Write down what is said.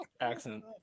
accent